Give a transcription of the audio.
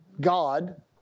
God